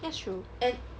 that's true